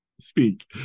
speak